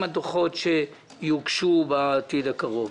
עם הדוחות שיוגשו בעתיד הקרוב.